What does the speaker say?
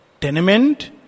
Tenement